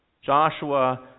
Joshua